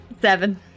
Seven